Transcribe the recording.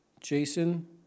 Jason